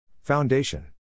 Foundation